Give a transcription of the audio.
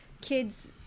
kids